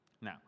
Now